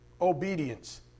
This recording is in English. obedience